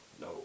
No